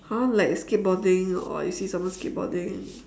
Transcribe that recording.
!huh! like skateboarding or you see someone skateboarding